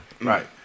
Right